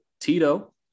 Tito